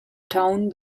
town